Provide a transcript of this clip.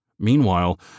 Meanwhile